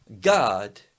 God